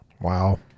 Wow